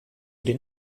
den